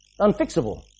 unfixable